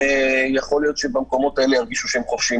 יכול להיות שבמקומות האלה ירגישו שהם חופשיים